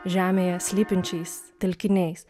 žemėje slypinčiais telkiniais